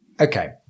Okay